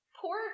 poor